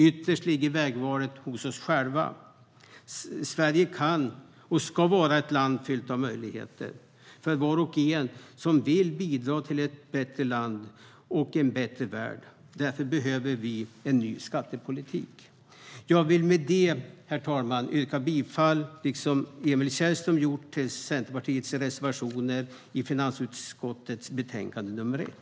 Ytterst ligger vägvalet hos oss själva. Sverige kan och ska vara ett land fyllt av möjligheter för var och en som vill bidra till ett bättre land och en bättre värld. Därför behöver vi en ny skattepolitik. Jag vill med detta, herr talman, yrka bifall, liksom Emil Källström gjort, till Centerpartiets reservationer i finansutskottets betänkande nr 1.